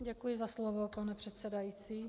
Děkuji za slovo, pane předsedající.